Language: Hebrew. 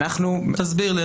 תסביר לי.